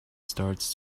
starts